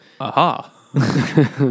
aha